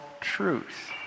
truth